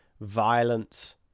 violence